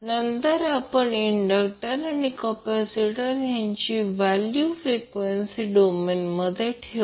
नंतर आपण इंडक्टर आणि कॅपॅसिटर यांची व्हॅल्यू फ्रीक्वेसी डोमेनमध्ये ठेवू